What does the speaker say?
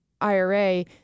IRA